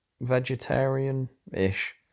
vegetarian-ish